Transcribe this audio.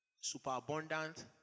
superabundant